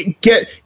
get